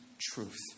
truth